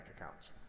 accounts